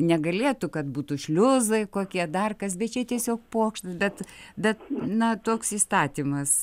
negalėtų kad būtų šliuzai kokie dar kas bet čia tiesiog pokštas bet bet na toks įstatymas